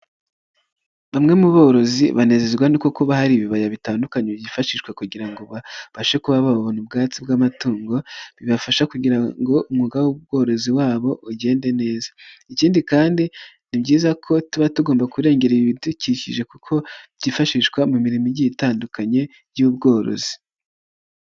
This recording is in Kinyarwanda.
Bamwe mu borozi banezezwa n'uko kuba hari ibibaya bitandukanye byifashishwa kugira ngo babashe kuba babona ubwatsi bw'amatungo, bibafasha kugira ngo umwuga w'ubworozi wabo ugende neza, ikindi kandi ni byiza ko tuba tugomba kurengera ibidukikije kuko byifashishwa mu mirimo igiye itandukanye y'ubworozi.